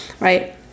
right